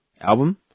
album